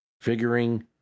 figuring